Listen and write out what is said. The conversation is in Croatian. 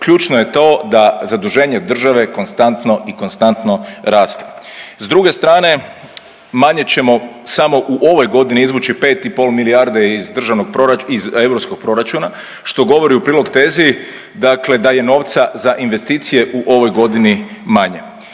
ključno je to da zaduženje države konstantno i konstantno raste. S druge strane manje ćemo samo u ovoj godini izvući 5,5 milijardi iz državnog proračuna iz europskog proračuna što govori u prilog tezi da je novca za investicije u ovoj godini manje.